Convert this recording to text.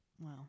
Wow